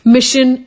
Mission